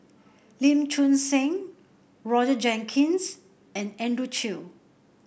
Lim Choon Seng Roger Jenkins and Andrew Chew